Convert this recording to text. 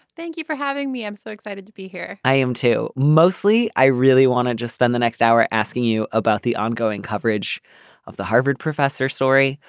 thank you for having me. i'm so excited to be here. i am too. mostly i really want to just spend the next hour asking you about the ongoing coverage of the harvard professor story.